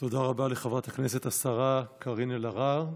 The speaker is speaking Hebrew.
תודה רבה לחברת הכנסת השרה קארין אלהרר.